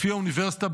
לפי האוניברסיטה,